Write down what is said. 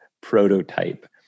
prototype